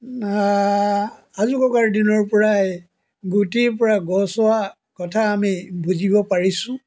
আজোককাৰ দিনৰ পৰাই গুটিৰ পৰা গছ হোৱা কথা আমি বুজিব পাৰিছোঁ